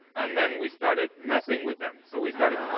and then we started messing with them. so we started